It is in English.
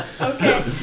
Okay